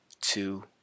two